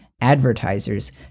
advertisers